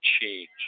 change